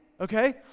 okay